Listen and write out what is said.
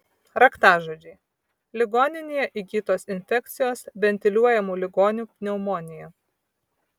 raktažodžiai ligoninėje įgytos infekcijos ventiliuojamų ligonių pneumonija